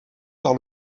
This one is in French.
par